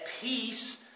peace